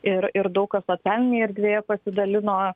ir ir daug kas socialinėje erdvėje pasidalino